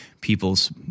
people's